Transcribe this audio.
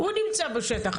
הוא נמצא בשטח.